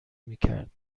میکرد